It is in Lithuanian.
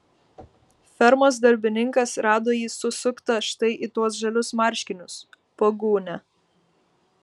fermos darbininkas rado jį susuktą štai į tuos žalius marškinius po gūnia